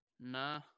nah